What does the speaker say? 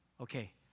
okay